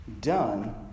done